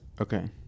Okay